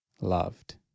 loved